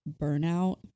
burnout